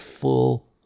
full